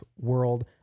world